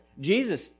Jesus